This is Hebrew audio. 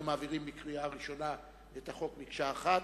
מעבירים בקריאה ראשונה את החוק מקשה אחת,